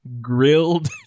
grilled